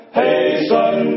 hasten